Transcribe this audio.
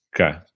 Okay